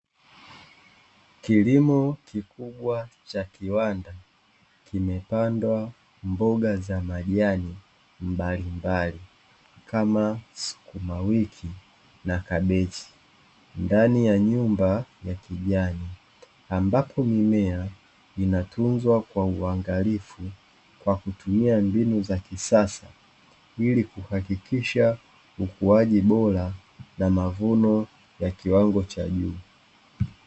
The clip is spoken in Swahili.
Kilimo kikubwa cha kiwanda kimepandwa mboga za majani mbalimbali kama sukuma wiki na kabeji, ndani ya nyumba ya kijani ambapo mimea inatunzwa kwa uangalifu, kwa kutumia mbinu za kisasa ili kuhakikisha ukuaji bora na mavuno ya kiwango cha juu.